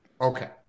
Okay